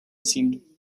seemed